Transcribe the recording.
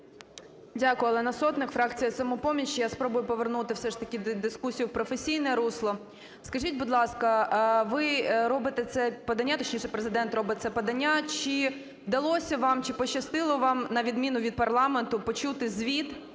Дякую. Олена Сотник, фракція "Самопоміч". Я спробую повернути все ж таки дискусію в професійне русло. Скажіть, будь ласка, ви робите це подання, точніше, Президент робить це подання. Чи вдалося вам, чи пощастило вам, на відміну від парламенту, почути звіт